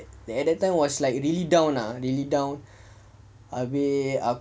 at that time was like really down ah really down abeh ah